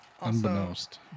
unbeknownst